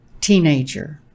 teenager